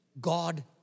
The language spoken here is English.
God